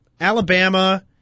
Alabama